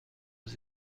aux